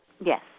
Yes